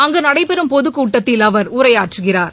அங்கு நடைபெறும் பொதுக்கூட்டத்தில் அவர் உரையாற்றுகிறார்